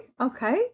Okay